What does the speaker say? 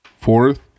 Fourth